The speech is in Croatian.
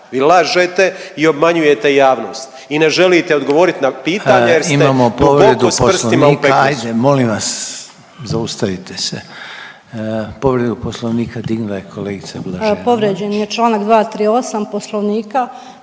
vi lažete i obmanjujete javnost i ne želite odgovoriti na pitanje …/Upadica